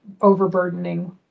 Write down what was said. overburdening